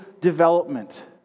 development